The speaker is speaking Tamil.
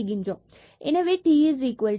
எனவே t1